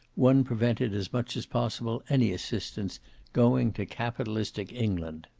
one prevented as much as possible any assistance going to capitalistic england.